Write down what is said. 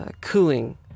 cooling